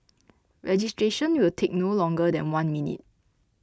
registration will take no longer than one minute